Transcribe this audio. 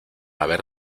haber